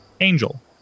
Angel